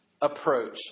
approach